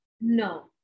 no